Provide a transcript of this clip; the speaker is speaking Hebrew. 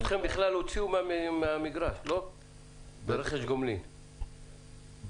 אתכם בכלל הוציאו מהמגרש ברכש גומלין, לא?